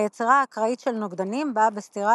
היצירה האקראית של נוגדנים באה בסתירה